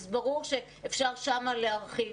אז ברור שאפשר שם להרחיב,